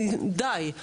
די,